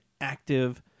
active